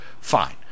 fine